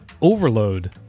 overload